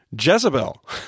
Jezebel